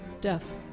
death